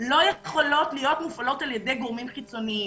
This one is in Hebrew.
לא יכולות להיות מופעלות על ידי גורמים חיצוניים.